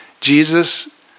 Jesus